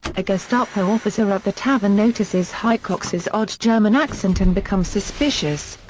a gestapo officer at the tavern notices hicox's odd german accent and becomes suspicious.